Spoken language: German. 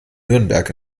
nürnberg